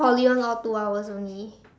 Poly one all two hours only